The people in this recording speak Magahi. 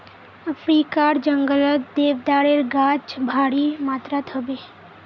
अफ्रीकार जंगलत देवदारेर गाछ भारी मात्रात ह बे